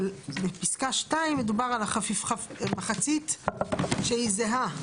אבל בפסקה (2) מדובר על מחצית שהיא זהה.